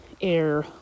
air